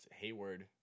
Hayward